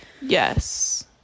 Yes